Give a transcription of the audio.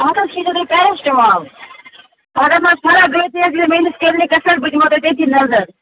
اَتھ حظ کھیٚزیٚو تُہۍ پیرٮسٹٕمال اَگر نہٕ حظ فرق گٔے تیٚلہِ یی زِ میٛٲنِس کِلنِکَس پٮ۪ٹھ بہٕ دِمو تۄہہِ تٔتی نظر